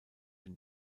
den